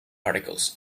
articles